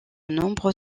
nombreux